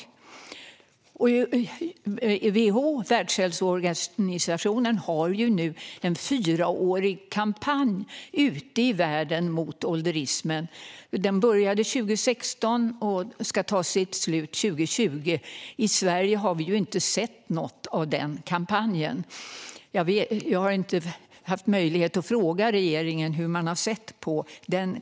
WHO, Världshälsoorganisationen, har nu en fyraårig kampanj ute i världen mot ålderismen. Den började 2016 och ska ta sitt slut 2020. I Sverige har vi inte sett något av den kampanjen. Jag har inte haft möjlighet att fråga regeringen om hur man har sett på den.